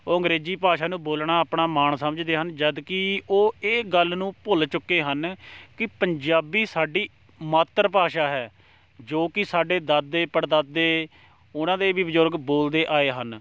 ਉਹ ਅੰਗਰੇਜ਼ੀ ਭਾਸ਼ਾ ਨੂੰ ਬੋਲਣਾ ਆਪਣਾ ਮਾਣ ਸਮਝਦੇ ਹਨ ਜਦਕਿ ਉਹ ਇਹ ਗੱਲ ਨੂੰ ਭੁੱਲ ਚੁੱਕੇ ਹਨ ਕਿ ਪੰਜਾਬੀ ਸਾਡੀ ਮਾਤਰ ਭਾਸ਼ਾ ਹੈ ਜੋ ਕਿ ਸਾਡੇ ਦਾਦੇ ਪੜਦਾਦੇ ਉਹਨਾਂ ਦੇ ਵੀ ਬਜ਼ੁਰਗ ਬੋਲਦੇ ਆਏ ਹਨ